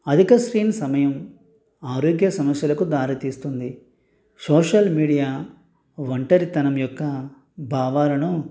అధిక స్క్రీన్ సమయం ఆరోగ్య సమస్యలకు దారితీస్తుంది సోషల్ మీడియా ఒంటరితనం యొక్క భావాలను